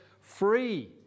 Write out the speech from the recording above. free